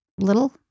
little